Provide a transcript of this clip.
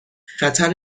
خطر